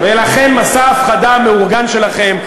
לכן מסע ההפחדה המאורגן שלכם,